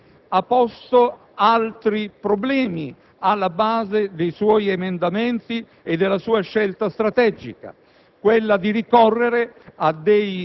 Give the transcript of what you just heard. Ancora, l'opposizione ha posto altri problemi alla base dei suoi emendamenti e della sua scelta strategica,